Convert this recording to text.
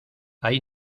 hay